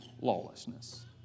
lawlessness